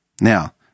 Now